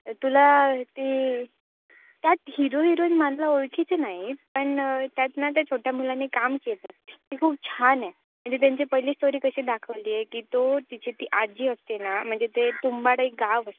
तुला ती त्यात हिरो हिरोईन मला ओळखीची नाहीत पण त्यात ना त्या छोट्या मुलांनी काम केलं ती खूप छान आहे म्हणजे त्यांची पहिली स्टोरी कशी दाखवली आहे की तो तिची ती आजी असते ना म्हणजे ते तुंबाड एक गाव असते